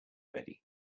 ready